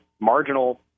marginal